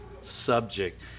subject